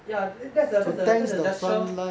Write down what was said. ya that's a that's a that's a gesture